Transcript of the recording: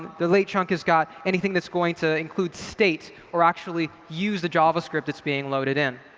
the late chunk has got anything that's going to include state or actually use the javascript that's being loaded in.